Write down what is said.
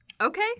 Okay